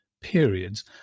periods